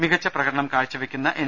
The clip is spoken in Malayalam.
മികച്ച പ്രകടനം കാഴ്ചവെക്കുന്ന എൻ